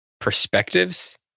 perspectives